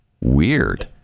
Weird